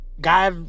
guy